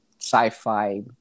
sci-fi